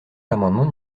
l’amendement